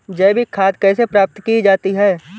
जैविक खाद कैसे प्राप्त की जाती है?